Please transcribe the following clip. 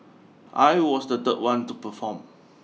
I was the third one to perform